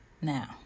Now